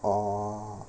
oh